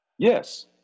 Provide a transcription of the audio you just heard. Yes